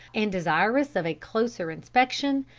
and desirous of a closer inspection,